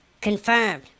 confirmed